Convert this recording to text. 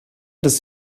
des